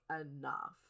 enough